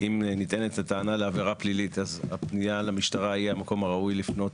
אם נטענת הטענה לעבירה פלילית אז הפנייה למשטרה היא המקום הראוי לפנות